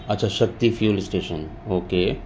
اچھا Shakti fuel station okay